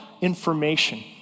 information